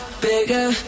bigger